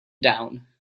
down